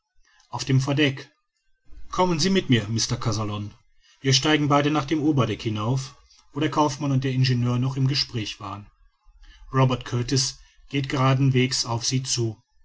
auf dem verdeck kommen sie mit mir mr kazallon wir steigen beide nach dem oberdeck hinauf wo der kaufmann und der ingenieur noch im gespräch waren robert kurtis geht geraden wegs auf sie zu